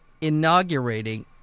inaugurating